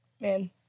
Man